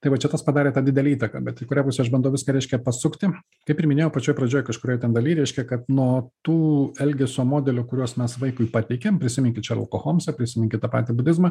tai va čia tas padarė tą didelę įtaką bet į kurią pusę aš bandau viską reiškia pasukti kaip ir minėjau pačioj pradžioj kažkurioj ten daly reiškia kad nuo tų elgesio modelių kuriuos mes vaikui pateikėm prisiminkit šerloką holmsą prisiminkit tą patį budizmą